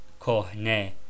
kohne